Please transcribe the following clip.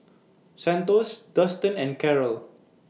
Santos Dustan and Karyl